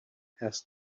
has